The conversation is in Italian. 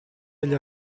degli